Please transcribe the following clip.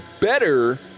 better